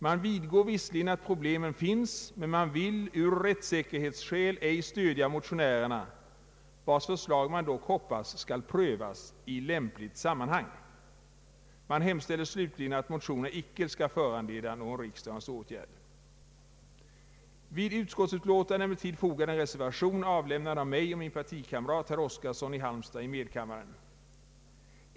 Man vidgår visserligen att problemen finns, men man vill av rättssäkerhetsskäl ej stödja motionärerna, vilkas förslag man dock hoppas skall prövas i lämpligt sammanhang. Man hemställer slutligen att motionerna inte skall föranleda någon riksdagens åtgärd. Vid utskottsutlåtandet är emellertid fogad en reservation, avlämnad av mig och min partikamrat herr Oskarson i Halmstad i medkammaren.